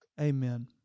Amen